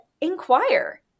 inquire